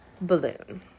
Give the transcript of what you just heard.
balloon